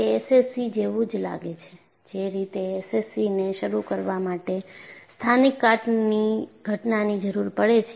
તે SCC જેવું જ લાગે છે જે રીતે SCCને શરૂ કરવા માટે સ્થાનિક કાટની ઘટનાની જરૂરી પડે છે